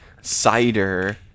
cider